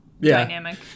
dynamic